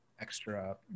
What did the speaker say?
extra